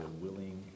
willing